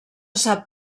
sap